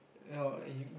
ya what you